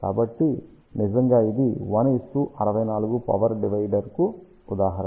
కాబట్టి నిజంగా ఇది 1 64 పవర్ డివైడర్కు ఉదాహరణ